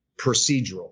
procedural